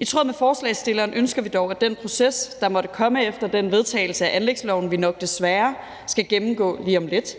I tråd med forslagsstilleren ønsker vi dog, at den proces, der måtte komme efter den vedtagelse af anlægsloven, vi nok desværre skal gennemgå lige om lidt,